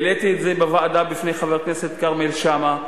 העליתי את זה בוועדה בפני חבר הכנסת כרמל שאמה,